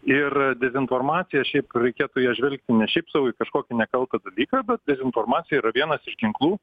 ir dezinformacija šiaip reikėtų į ją žvelgti ne šiaip sau į kažkokį nekaltą dalyką bet dezinformacija yra vienas iš ginklų